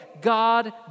God